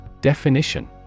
definition